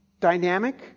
dynamic